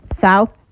South